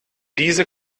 diese